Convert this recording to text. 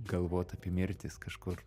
galvot apie mirtis kažkur